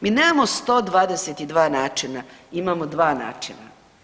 Mi nemamo 122 načina, imamo 2 načina.